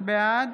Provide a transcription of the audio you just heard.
בעד